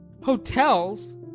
Hotels